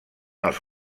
els